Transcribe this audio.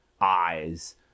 eyes